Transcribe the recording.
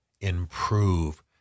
improve